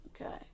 okay